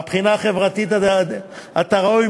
מהבחינה החברתית אתה ראוי,